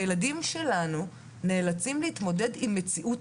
הילדים שלנו נאלצים להתמודד עם מציאות